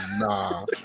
Nah